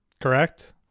Correct